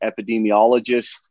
epidemiologist